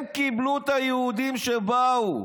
הם קיבלו את היהודים שבאו,